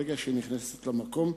ברגע שהיא נכנסת למקום,